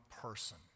person